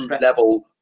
level